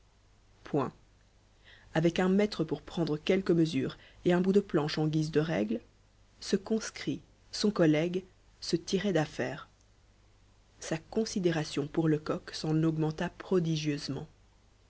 point avec un mètre pour prendre quelques mesures et un bout de planche en guise de règle ce conscrit son collègue se tirait d'affaire sa considération pour lecoq s'en augmenta prodigieusement